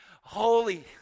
Holy